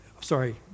sorry